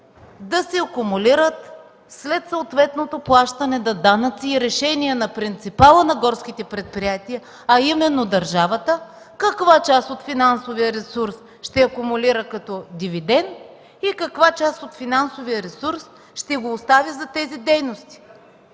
да се акумулират след съответното плащане на данъци и решение на принципала на горските предприятия, а именно държавата каква част от финансовия ресурс ще акумулира като дивидент и каква част от него ще остави за тези дейности.